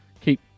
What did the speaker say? keep